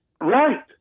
right